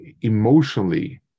emotionally